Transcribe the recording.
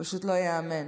פשוט לא ייאמן.